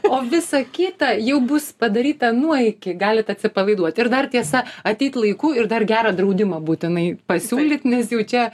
o visa kita jau bus padaryta nuo iki galit atsipalaiduot ir dar tiesa ateit laiku ir dar gerą draudimą būtinai pasiūlyt nes jau čia